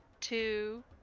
two